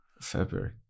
February